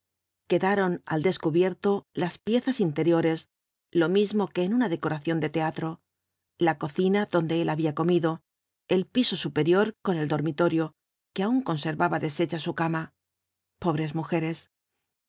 quedaron al descubierto las piezas interiores lo mismo que en una decoración de teatro la cocina donde él había comido el piso superior con el dormitorio que aun conservaba deshecha su cama pobres mujeres